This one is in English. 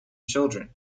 children